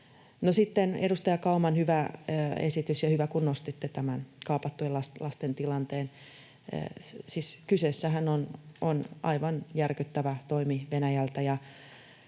edustaja Kauman hyvä esitys, ja hyvä, kun nostitte tämän kaapattujen lasten tilanteen. Siis kyseessähän on aivan järkyttävä toimi Venäjältä,